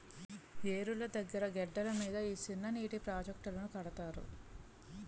ఏరుల దగ్గిర గెడ్డల మీద ఈ సిన్ననీటి ప్రాజెట్టులను కడతారు